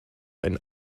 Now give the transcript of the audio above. ein